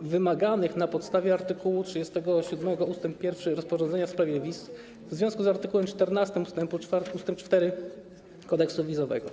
wymaganych na podstawie art. 37 ust. 1 rozporządzenia w sprawie wiz w związku z art. 14 ust. 4 kodeksu wizowego.